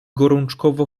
gorączkowo